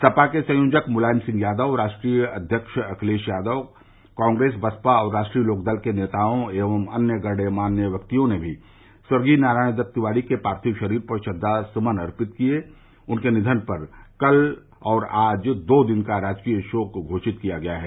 सपा के संयोजक मुलायम सिंह यादव राष्ट्रीय अध्यक्ष अखिलेश यादव कांग्रेस बसपा और राष्ट्रीय लोकदल के नेताओं एवं अन्य गणमान्य व्यक्तियों ने भी स्वर्गीय नारायण दत्त के पार्थिव शरीर पर श्रद्वास्मन अर्पित किये उनके निधन पर कल और आज दो दिन का राजकीय शोक घोषित किया गया है